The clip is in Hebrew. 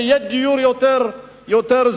שיהיה דיור יותר זול,